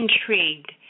intrigued